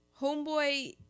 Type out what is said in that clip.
homeboy